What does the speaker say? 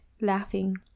laughing